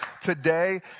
today